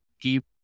keep